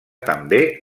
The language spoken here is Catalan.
també